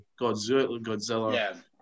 Godzilla